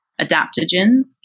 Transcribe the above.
adaptogens